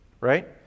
right